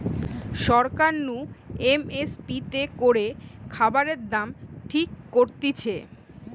সরকার নু M S P তে করে খাবারের দাম ঠিক করতিছে